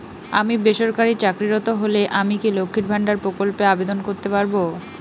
আমি বেসরকারি চাকরিরত হলে আমি কি লক্ষীর ভান্ডার প্রকল্পে আবেদন করতে পারব?